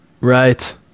Right